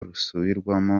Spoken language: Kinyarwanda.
rusubirwamo